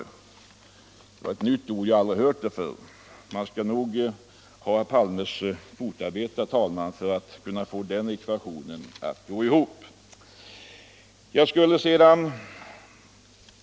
Det var ett nytt ord, som jag aldrig har hört förr. Man skall nog ha herr Palmes fotarbete för att kunna få den ekvationen att gå ihop.